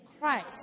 Christ